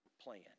plan